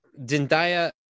Dindaya